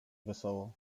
wesoło